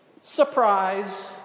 Surprise